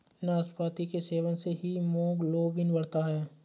नाशपाती के सेवन से हीमोग्लोबिन बढ़ता है